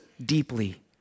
deeply